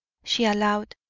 she allowed,